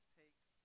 takes